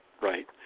right